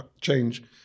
change